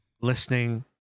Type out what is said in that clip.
listening